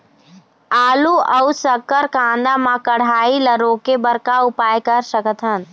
आलू अऊ शक्कर कांदा मा कढ़ाई ला रोके बर का उपाय कर सकथन?